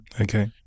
Okay